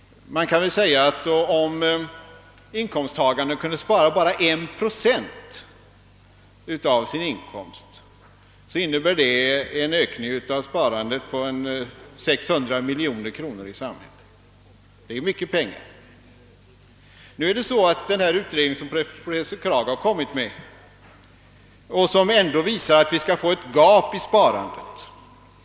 Om inkomsttagarna kunde spara bara en procent av sin inkomst, innebär det en ökning av sparandet i samhället med 600 miljoner kronor. Det är mycket pengar. Den utredning, som professor Kragh lagt fram, visar att vi skall få ett gap i sparandet.